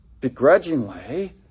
begrudgingly